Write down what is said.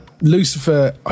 Lucifer